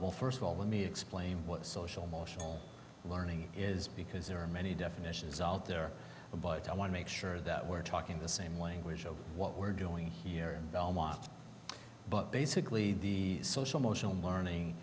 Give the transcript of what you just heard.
well first of all let me explain what social motion learning is because there are many definitions out there but i want to make sure that we're talking the same language of what we're doing here in belmont but basically the social motional learning